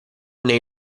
nei